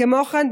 כמו כן,